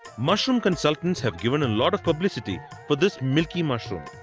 mushroom consultants have given and lot of publicity for this milky mushroom.